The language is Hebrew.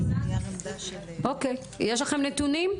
אוקיי יש לכם נתונים?